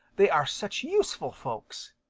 they are such useful folks.